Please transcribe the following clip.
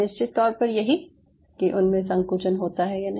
निश्चित तौर पर यही कि उनमे संकुचन होता है या नहीं